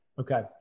Okay